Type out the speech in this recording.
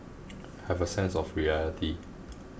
have a sense of reality